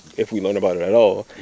if we learn about it at all,